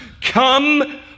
come